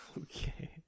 okay